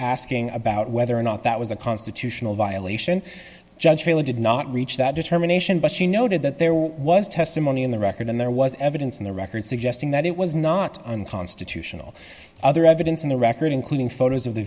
asking about whether or not that was a constitutional violation judge really did not reach that determination but she noted that there was testimony in the record and there was evidence in the record suggesting that it was not unconstitutional other evidence in the record including photos of the